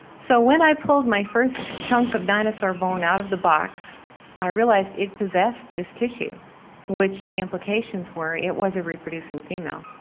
so, when i pulled my first chunk of dinosaur bone out of the box i realised it possessed this, which the implications were it was a reproducing female.